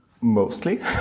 Mostly